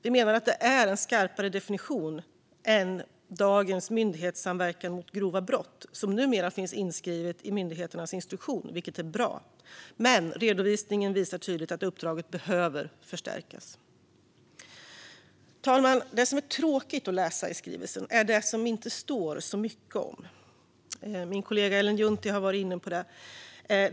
Vi menar att det är en skarpare definition än dagens myndighetssamverkan mot grova brott, som numera finns inskriven i myndigheternas instruktion, vilket är bra. Men redovisningen visar tydligt att uppdraget behöver förstärkas. Herr talman! Det som är tråkigt att läsa i skrivelsen är det som det inte står så mycket om, och min kollega Ellen Juntti har varit inne på det.